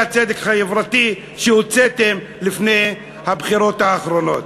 הצדק החברתי שהוצאתם לפני הבחירות האחרונות.